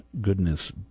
goodness